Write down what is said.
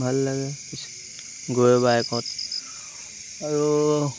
ভাল লাগে কিছু গৈ বাইকত আৰু